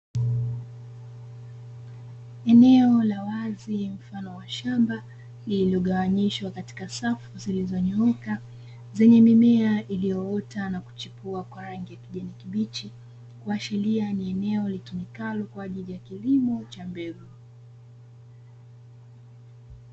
Eneo la wazi mfano wa shamba lililogawanyishwa katika safu zilizo nyooka, zenye mimea iliyoota na kuchipua kwa rangi ya kijani kibichi, kuashiria ni eneo litumikalo kwa ajili ya kilimo cha mbegu.